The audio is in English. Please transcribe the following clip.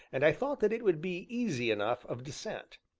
and i thought that it would be easy enough of descent.